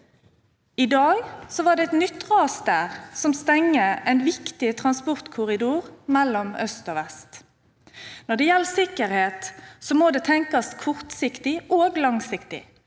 i dag var det et nytt ras der som stenger en viktig transportkorridor mellom øst og vest. Når det gjelder sikkerhet, må det tenkes kortsiktig og langsiktig.